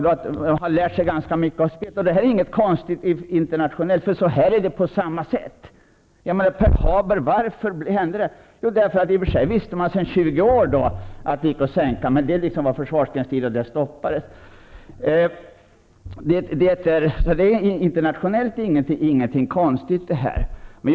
Men jag har lärt mig att förhållandet inte är något konstigt internationellt sett. Det är på samma sätt i andra länder, att särintressen driver. Det som hände i Pearl Harbor, varför hände det? I och för sig visste man sedan 20 år att det gick att sänka fartyg med hälp av flyg. Men det var försvarsgrensstrider, och slutsatsen stoppades.